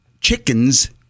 chickens